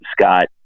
Scott